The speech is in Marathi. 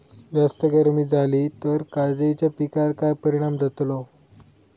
जास्त गर्मी जाली तर काजीच्या पीकार काय परिणाम जतालो?